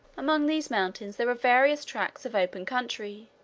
among these mountains there are various tracts of open country,